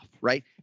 right